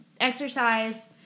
exercise